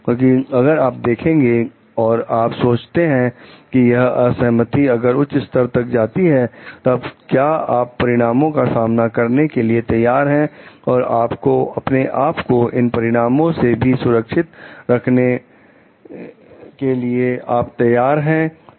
क्योंकि अगर आप देखेंगे और आप सोचते हैं कि यह असहमति अगर उच्च स्तर तक जाती है तब क्या आप परिणामों का सामना करने के लिए तैयार हैं और आपको अपने आप को इन परिणामों से भी सुरक्षित रखने के लिए आप तैयार हैं